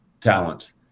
talent